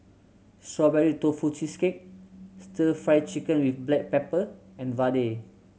Strawberry Tofu Cheesecake Stir Fry Chicken with black pepper and vadai